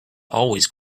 always